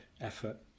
Effort